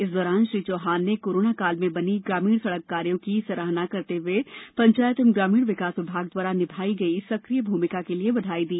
इस दौरान श्री चौहान ने कोरोना काल में बनी ग्रामीण सड़क कार्यो की सराहना करते हुए पंचायत एवं ग्रामीण विकास विभाग द्वारा निभाई गई सक्रिय भूमिका के लिए बधाई दी